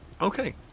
Okay